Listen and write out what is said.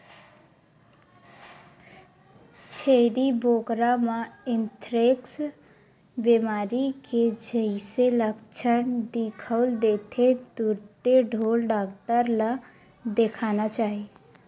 छेरी बोकरा म एंथ्रेक्स बेमारी के जइसे लक्छन दिखउल देथे तुरते ढ़ोर डॉक्टर ल देखाना चाही